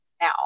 now